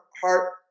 heart